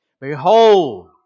Behold